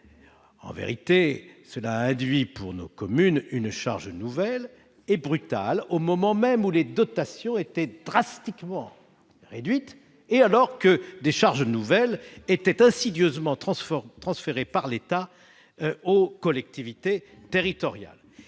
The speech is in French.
En vérité, cela a induit pour nos communes une charge nouvelle et brutale au moment même où les dotations étaient drastiquement réduites et alors que des charges nouvelles étaient insidieusement transférées par l'État aux collectivités territoriales.